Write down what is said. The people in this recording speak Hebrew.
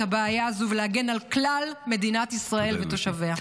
הבעיה הזו ולהגן על כלל מדינת ישראל ותושביה.